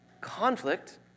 conflict